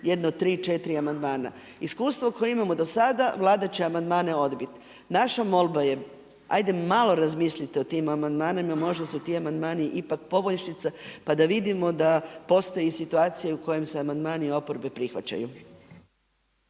jedno 3, 4 amandmana. Iskustvo koje imamo dosada, Vlada će amandmane odbiti. Naša molba je, ajde malo razmislite o tim amandmanima, možda su ti amandmani ipak poboljšica pa da vidimo da postoji situacija u kojima se amandmani oporbe prihvaćaju.